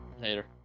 later